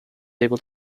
able